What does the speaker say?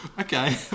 okay